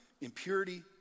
impurity